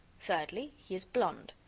thirdly, he is blonde.